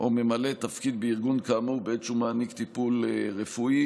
או ממלא תפקיד בארגון כאמור בעת שהוא מעניק טיפול רפואי.